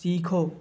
सीखो